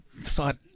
thought